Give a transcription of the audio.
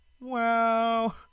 Wow